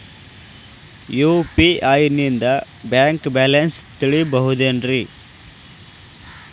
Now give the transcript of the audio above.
UPI ನಿಂದ bank balance ತಿಳಿಬಹುದೇನ್ರಿ?